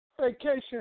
vacation